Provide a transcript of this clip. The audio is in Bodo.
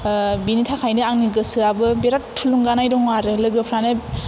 बिनि थाखायनो आंनि गोसोयाबो बिराद थुलुंगानाय दङ आरो लोगोफ्रानो